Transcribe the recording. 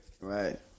Right